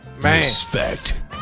Respect